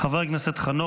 חבריי חברי הכנסת,